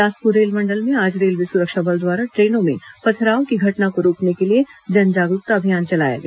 बिलासपुर रेलमंडल में आज रेलवे सुरक्षा बल द्वारा ट्रेनों में पथराव की घटना को रोकने के लिए जन जागरूकता अभियान चलाया गया